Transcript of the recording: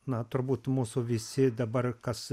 na turbūt mūsų visi dabar kas